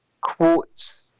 quotes